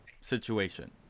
situation